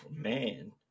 man